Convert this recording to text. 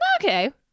Okay